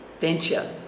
venture